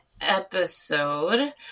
episode